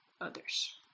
others